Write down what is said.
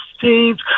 teams